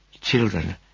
Children